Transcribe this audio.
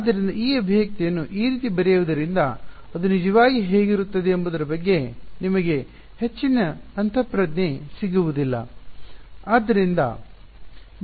ಆದ್ದರಿಂದ ಈ ಅಭಿವ್ಯಕ್ತಿಯನ್ನು ಈ ರೀತಿ ಬರೆಯುವುದರಿಂದ ಅದು ನಿಜವಾಗಿ ಹೇಗಿರುತ್ತದೆ ಎಂಬುದರ ಬಗ್ಗೆ ನಿಮಗೆ ಹೆಚ್ಚಿನ ಅಂತಃಪ್ರಜ್ಞೆ ಸಿಗುವುದಿಲ್ಲ